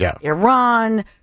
Iran